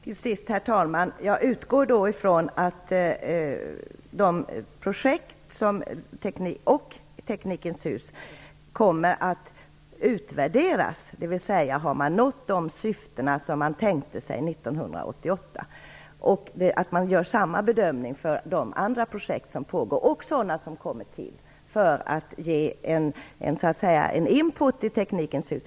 Herr talman! Till sist: Jag utgår då ifrån att de olika projekten och Teknikens hus kommer att utvärderas för att man skall kunna se om de syften som man tänkte sig 1988 har uppnåtts. Jag utgår också ifrån att man gör samma bedömning av de andra projekt som pågår och som kommer till. Därmed kan man ge en "input" till Teknikens hus.